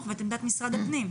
בתקציבים אדירים שהם צריכים לשלם,